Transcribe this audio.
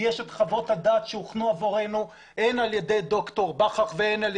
יש את חוות הדעת שהוכנו עבורנו הן על ידי דוקטור בכרך והן על